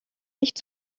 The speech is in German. nicht